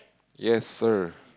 yes sir